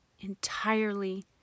entirely